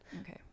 Okay